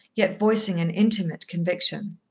yet voicing an intimate conviction.